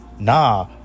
Nah